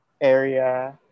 area